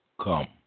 come